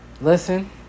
Listen